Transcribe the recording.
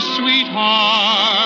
sweetheart